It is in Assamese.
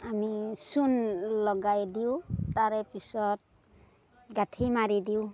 আমি চূণ লগাই দিওঁ তাৰে পিছত গাঁঠি মাৰি দিওঁ